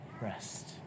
rest